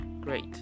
Great